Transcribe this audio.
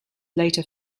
later